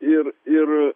ir ir